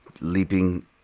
leaping